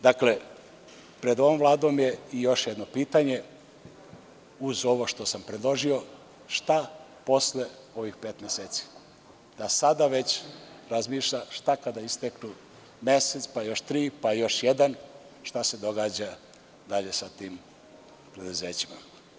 Dakle, pred ovom Vladom je i još jedno pitanje uz ovo što sam predložio -šta posle ovih pet meseci, da sada već razmišlja šta kada isteknu mesec, pa još tri, pa još jedan, šta se događa dalje sa tim preduzećima?